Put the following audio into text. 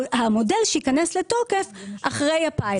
המודל שייכנס לתוקף אחרי הפיילוט.